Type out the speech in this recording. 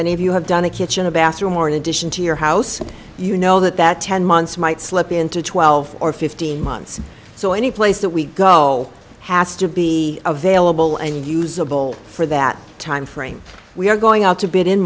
of you have done a kitchen a bathroom or an addition to your house you know that that ten months might slip into twelve or fifteen months so any place that we go has to be available and usable for that timeframe we are going out to bid in